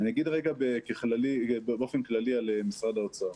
אני אגיד באופן כללי על משרד האוצר.